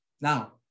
Now